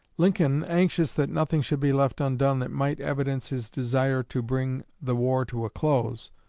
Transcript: lincoln, anxious that nothing should be left undone that might evidence his desire to bring the war to a close,